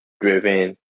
driven